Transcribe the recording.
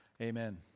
amen